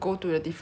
they have to do it